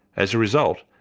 as a result,